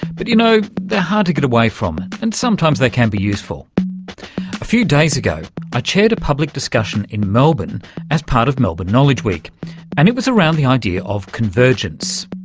but, you know, they're hard to get away from and sometimes they can be useful. a few days ago i chaired a public discussion in melbourne as part of melbourne knowledge week and it was around the idea of convergence.